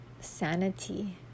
sanity